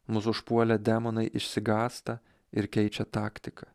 mus užpuolę demonai išsigąsta ir keičia taktiką